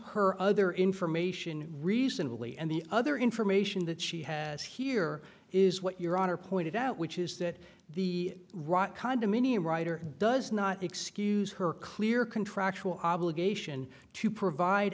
her other information recently and the other information that she has here is what your honor pointed out which is that the rot condominium writer does not excuse her clear contractual obligation to provide